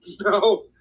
No